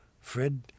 Fred